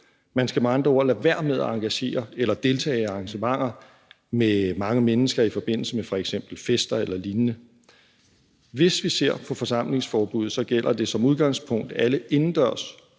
Man skal med andre ord lade være med at arrangere eller deltage i arrangementer med mange mennesker i forbindelse med f.eks. fester eller lignende. Hvis vi ser på forsamlingsforbuddet, gælder det som udgangspunkt alle indendørs